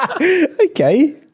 Okay